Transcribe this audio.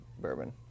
bourbon